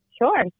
Sure